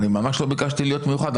אני ממש לא ביקשתי להיות מיוחד.